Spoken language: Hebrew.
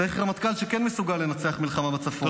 צריך רמטכ"ל שכן מסוגל לנצח במלחמה בצפון.